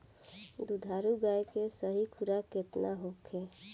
दुधारू गाय के सही खुराक केतना होखे?